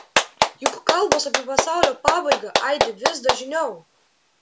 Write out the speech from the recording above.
juk kalbos apie pasaulio pabaigą aidi vis dažniau